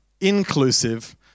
inclusive